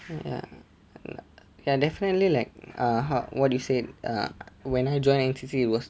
ya ya definitely like err how what do you say err when I join N_C_C it was